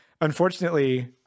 unfortunately